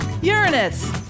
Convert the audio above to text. Uranus